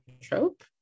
trope